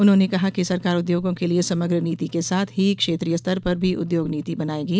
उन्होंने कहा कि सरकार उद्योगों के लिये समग्र नीति के साथ ही क्षेत्रीय स्तर पर भी उद्योग नीति बनायेंगे